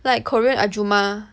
like korean ahjumma